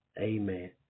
amen